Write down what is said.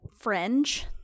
fringe